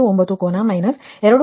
00099 ಕೋನ ಮೈನಸ್ 2